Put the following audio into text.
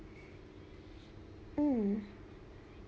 um